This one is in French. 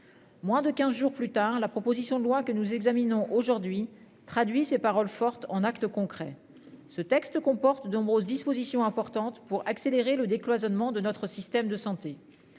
Moins de 15 jours plus tard, la proposition de loi que nous examinons aujourd'hui traduit ses paroles fortes en actes concrets. Ce texte comporte de nombreuses dispositions importantes pour accélérer le décloisonnement de notre système de santé.